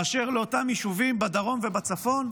באשר לאותם יישובים בדרום ובצפון?